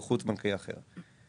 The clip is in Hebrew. חוב חוץ בנקאי אחר.